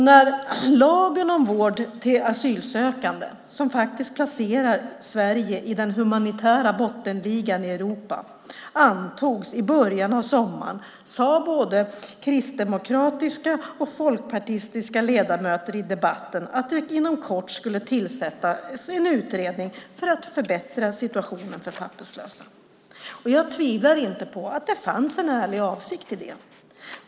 När lagen om vård till asylsökande, som faktiskt placerar Sverige i den humanitära bottenligan i Europa, antogs i början av sommaren sade både kristdemokratiska och folkpartistiska ledamöter i debatten att det inom kort skulle tillsättas en utredning för att förbättra situationen för papperslösa. Jag tvivlar inte på att det fanns en ärlig avsikt i det.